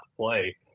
play